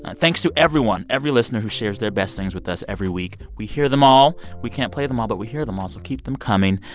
thanks to everyone, every listener who shares their best things with us every week. we hear them all. we can't play them all. but we hear them all, so keep them coming.